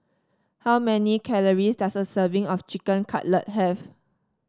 how many calories does a serving of Chicken Cutlet have